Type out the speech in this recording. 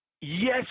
Yes